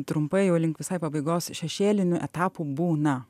trumpai jau link visai pabaigos šešėlinių etapų būna